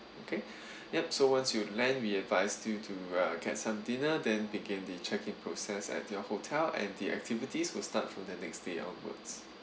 okay yup so once you land we advise you to uh get some dinner then begin the check in process at your hotel and the activities will start from the next day onwards